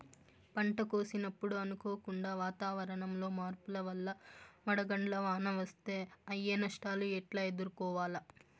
పంట కోసినప్పుడు అనుకోకుండా వాతావరణంలో మార్పుల వల్ల వడగండ్ల వాన వస్తే అయ్యే నష్టాలు ఎట్లా ఎదుర్కోవాలా?